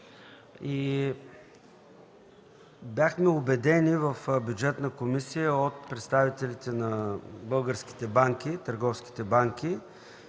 Бяхме убедени в Бюджетната комисия от представителите на българските банки, на търговските банки,